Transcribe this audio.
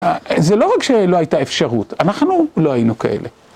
זה לא רק שלא הייתה אפשרות, אנחנו לא היינו כאלה.